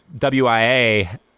WIA